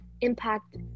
impact